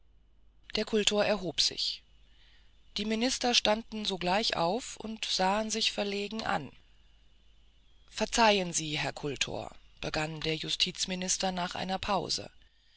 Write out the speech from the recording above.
der kultor erhob sich die minister standen sogleich auf und sahen sich verlegen an verzeihen sie herr kultor begann der justizminister nach einer pause